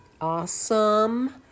awesome